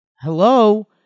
Hello